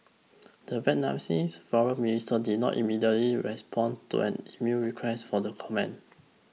the Vietnamese foreign ministry did not immediately respond to an emailed request for the comment